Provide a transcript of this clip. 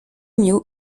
miu